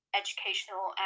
educational